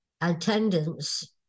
attendance